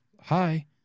Hi